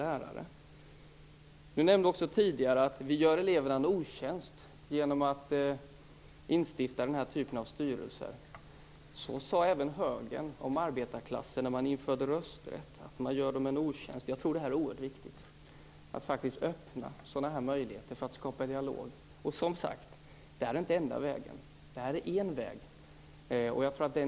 Tidigare sade Ola Ström att vi gör eleverna en otjänst genom att instifta den här typen av styrelser. Så sade även högern om arbetarklassen när man införde rösträtt. Det är oerhört viktigt att öppna möjligheter att skapa dialog. Detta är som sagt inte enda vägen, men det är en väg.